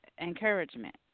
encouragement